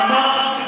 אמרתי, עכשיו.